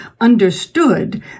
understood